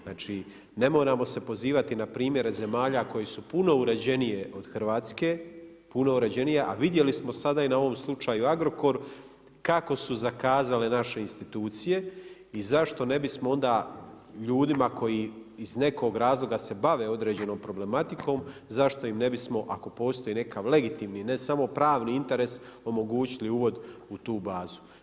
Znači ne moramo se pozivati na primjere zemalja koji su puno uređenije od Hrvatske, puno uređenije a vidjeli smo sada i na ovom slučaju Agrokor kako su zakazale naše institucije i zašto ne bismo onda ljudima koji iz nekog razlog se bave određenom problematikom, zašto im ne bismo ako postoji nekakav legitimni, ne samo pravni interes omogućili uvod u tu bazu.